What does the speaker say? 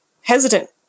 hesitant